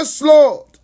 Lord